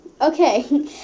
Okay